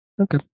okay